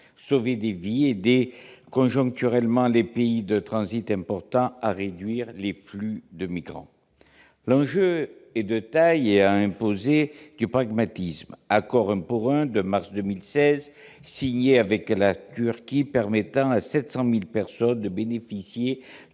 Sauver des vies, aider conjoncturellement les pays de transit importants à réduire les flux de migrants, l'enjeu est de taille et impose de faire preuve de pragmatisme : accord « un pour un », signé en mars 2016 avec la Turquie, permettant à 700 000 personnes de bénéficier